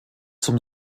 zum